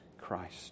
Christ